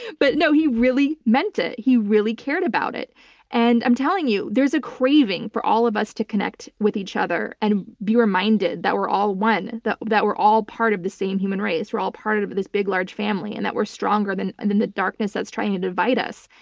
but no he really meant it. he really cared about it and i'm telling you, there's a craving for all of us to connect with each other and be reminded that we're all one. that that we're all part of the same human race. we're all part of of this big large family and that we're stronger than and than the darkness that's trying to divide us.